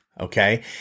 okay